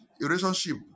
relationship